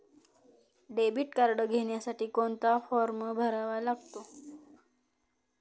Debit card घेण्यासाठी कोणता form भरावा लागतो?